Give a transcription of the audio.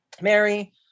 Mary